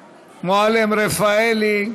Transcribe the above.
ישראל,